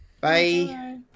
bye